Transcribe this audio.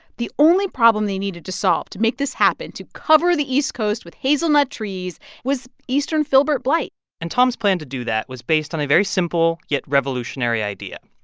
the only problem they needed to solve to make this happen to cover the east coast with hazelnut trees was eastern filbert blight and tom's plan to do that was based on a very simple yet revolutionary idea.